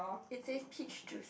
it says peach juice